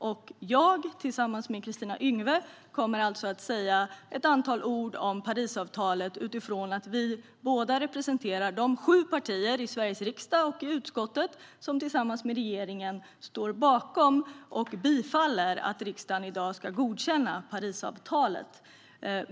Jag kommer att tillsammans med Kristina Yngwe säga några ord om Parisavtalet då vi båda representerar de sju partier i Sveriges riksdag och i utskottet som tillsammans med regeringen står bakom och yrkar bifall till att riksdagen i dag ska godkänna Parisavtalet.